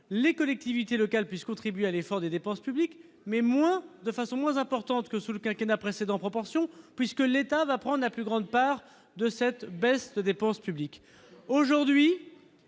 les collectivités locales puissent contribuer à l'effort des dépenses publiques, mais moins de façon moins importante que sous le quinquennat précédent propension puisque l'État va prendre la plus grande part de cette baisse de dépenses publiques aujourd'hui